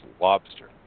lobster